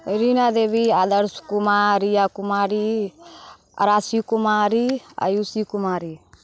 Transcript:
रीना देबी आदर्श कुमार रिया कुमारी अड़ाची कुमारी आयूसी कुमारी